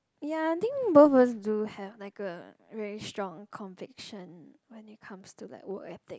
ya I think both of us do have like a very strong conviction when it comes to like work ethic